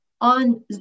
on